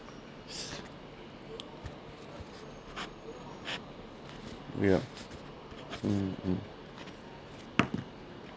ya mmhmm